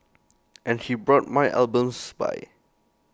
and he brought my albums by